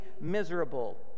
miserable